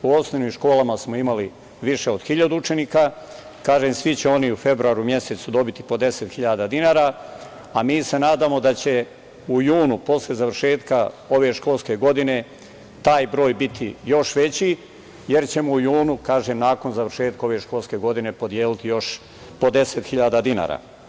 U osnovnim školama smo imali više od 1.000 učenika, kažem, svi će oni u februaru mesecu dobiti po 10.000 dinara, a mi se nadamo da će u junu posle završetka ove školske godine taj broj biti još veći, jer ćemo u junu, nakon završetka ove školske godine, podeliti još po 10.000 dinara.